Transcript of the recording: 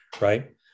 right